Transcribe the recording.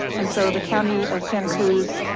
and so the county of santa cruz,